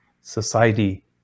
society